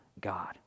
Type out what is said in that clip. God